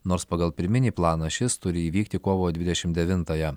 nors pagal pirminį planą šis turi įvykti kovo dvidešim devintąją